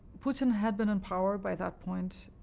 putin had been and power, by that point,